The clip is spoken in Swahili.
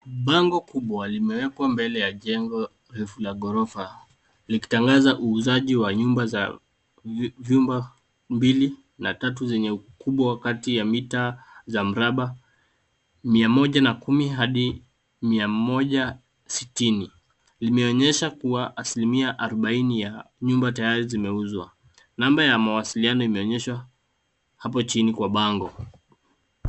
Bango kubwa limewekwa mbele ya jengo refu la ghorofa. Likitangaza uuzaji wa vyumba mbili na tatu zenye ukubwa kati ya mita kati za mraba mia moja na kumi hadi mia moja sitini. Limeonyesha kuwa asilimia ya nyumba arobaini tayari zimeuzwa namba ya mawasiliano imeonyeshwa hapo chini kwa bango.